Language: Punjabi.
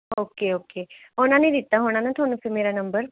ਓਕੇ ਓਕੇ ਉਹਨਾਂ ਨੇ ਦਿੱਤਾ ਹੋਣਾ ਨਾ ਤੁਹਾਨੂੰ ਫਿਰ ਮੇਰਾ ਨੰਬਰ